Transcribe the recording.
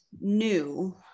new